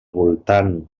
voltant